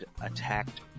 attacked